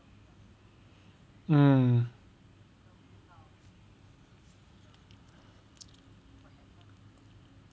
mm